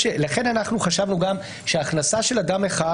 אנחנו חשבנו שהכנסה של אדם אחד,